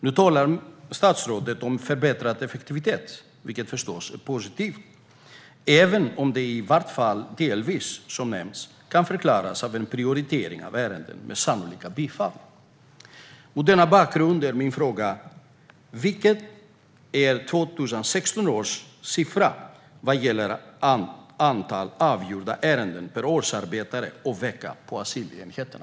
Nu talar statsrådet om förbättrad effektivitet, vilket förstås är positivt, även om det i alla fall delvis kan förklaras med en prioritering av ärenden med sannolika bifall. Mot denna bakgrund är min fråga: Vilken är 2016 års siffra vad gäller antalet avgjorda ärenden per årsarbetare och vecka på asylenheterna?